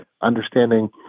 understanding